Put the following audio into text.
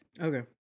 Okay